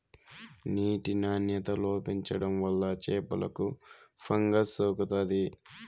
నీటి నాణ్యత లోపించడం వల్ల చేపలకు ఫంగస్ సోకుతాది